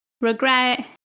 regret